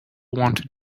wanted